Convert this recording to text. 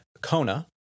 Kona